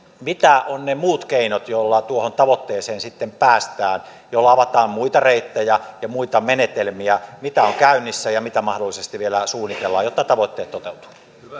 mitkä ovat ne muut keinot joilla tuohon tavoitteeseen sitten päästään joilla avataan muita reittejä ja muita menetelmiä mitä on käynnissä ja mitä mahdollisesti vielä suunnitellaan jotta tavoitteet toteutuvat